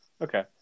Okay